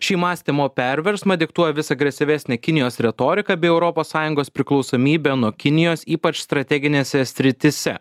šį mąstymo perversmą diktuoja vis agresyvesnė kinijos retorika bei europos sąjungos priklausomybė nuo kinijos ypač strateginėse srityse